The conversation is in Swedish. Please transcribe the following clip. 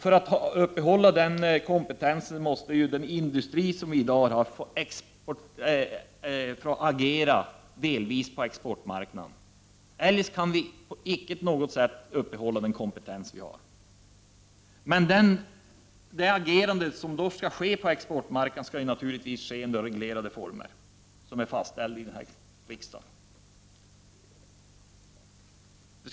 För att uppehålla den erforderliga kompetensen måste den industri som vi har i dag delvis tillverka för export. Men agerandet på exportmarknaden skall naturligtvis ske i reglerade former, fastställda av riksdagen.